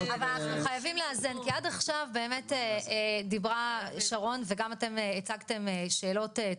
חייבים לאזן כי עד כה דיברה שרון וגם אתם הצגתם שאלות.